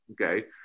Okay